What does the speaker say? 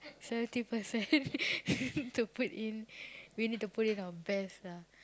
seventy percent percent to put in we need to put in our best lah